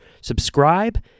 subscribe